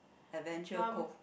Adventure Cove